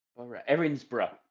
Erinsborough